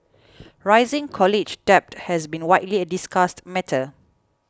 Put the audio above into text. rising college debt has been widely a discussed matter